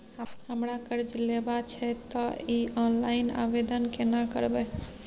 हमरा कर्ज लेबा छै त इ ऑनलाइन आवेदन केना करबै?